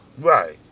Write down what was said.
Right